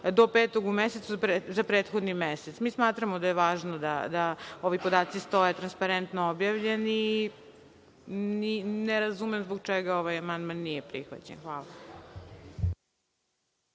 do petog u mesecu za prethodni mesec. Mi smatramo da je važno da ovi podaci stoje transparentno objavljeni i ne razumem zbog čega ovaj amandman nije prihvaćen. Hvala.